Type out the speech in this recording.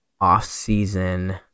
off-season